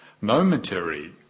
momentary